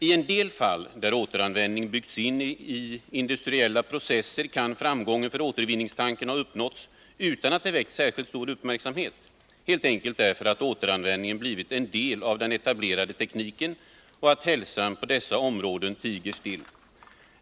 I en del fall där återanvändning byggts in i industriella processer kan framgången för återvinningstanken ha uppnåtts utan att det väckt särskilt stor uppmärksamhet, helt enkelt därför att återanvändning blivit en del av den etablerade tekniken och att hälsan på dessa områden tiger still.